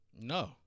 No